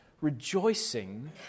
rejoicing